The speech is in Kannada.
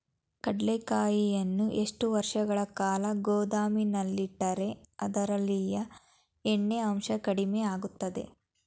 ಕಡ್ಲೆಕಾಯಿಯನ್ನು ಎಷ್ಟು ವರ್ಷಗಳ ಕಾಲ ಗೋದಾಮಿನಲ್ಲಿಟ್ಟರೆ ಅದರಲ್ಲಿಯ ಎಣ್ಣೆ ಅಂಶ ಕಡಿಮೆ ಆಗುತ್ತದೆ?